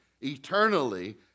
eternally